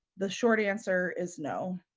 the short answer is no.